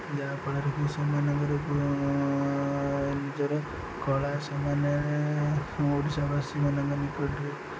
ଯାହା ଫଳରେକି ସେମାନଙ୍କ ଦ୍ଵାରା କଳା ସେମାନେ ଆମ ଓଡ଼ିଶାବାସୀମାନଙ୍କ ନିକଟରେ